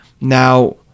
now